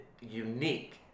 unique